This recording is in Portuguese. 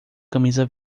camisa